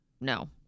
No